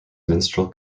minstrel